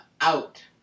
out